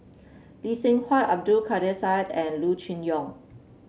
Lee Seng Huat Abdul Kadir Syed and Loo Choon Yong